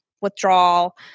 withdrawal